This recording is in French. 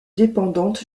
dépendante